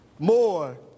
more